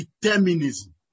determinism